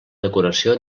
decoració